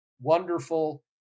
wonderful